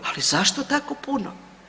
Ali zašto tako puno?